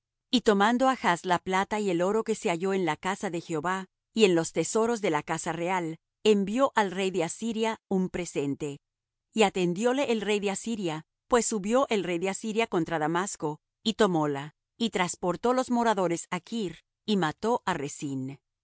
y tomando achz la plata y el oro que se halló en la casa de jehová y en los tesoros de la casa real envió al rey de asiria un presente y atendióle el rey de asiria pues subió el rey de asiria contra damasco y tomóla y trasportó los moradores á kir y mató á resín